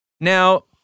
Now